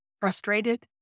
frustrated